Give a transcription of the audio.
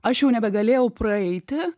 aš jau nebegalėjau praeiti